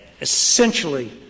essentially